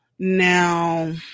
Now